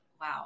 wow